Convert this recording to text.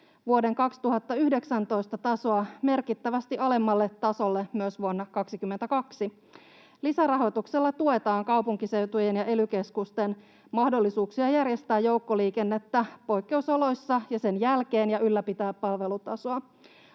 vuoden 2019 tasoa merkittävästi alemmalle tasolle myös vuonna 22. Lisärahoituksella tuetaan kaupunkiseutujen ja ely-keskusten mahdollisuuksia järjestää joukkoliikennettä poikkeusoloissa ja sen jälkeen ja ylläpitää palvelutasoa.